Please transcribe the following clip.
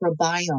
microbiome